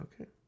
Okay